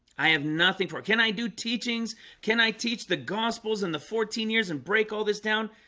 i have nothing for can i do teachings can i teach the gospels and the fourteen years and break all this down?